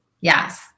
Yes